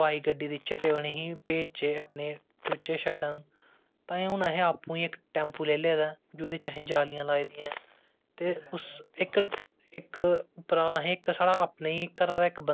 इकड़ी जेहड़ी ओह् चलांदे आरदे ना बड़ी सारियां दी चलदी आरदी आर्ट एंड कराफ्ट उंदी जेहड़ी बुनाई कढाइयां ना हल्ली बी कुदे ना कुदे चला नेई हैन पर जेहड़ी मार्डन वे च अस आखचै ते जेहडे़ हून काॅलेज ना